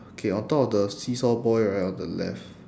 okay on top of the seesaw boy right on the left